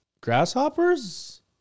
grasshoppers